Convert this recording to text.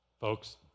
Folks